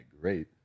great